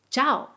Ciao